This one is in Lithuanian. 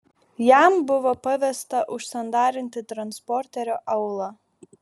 jam buvo pavesta užsandarinti transporterio aulą